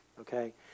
Okay